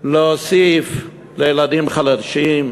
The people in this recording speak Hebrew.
להוסיף לילדים חלשים,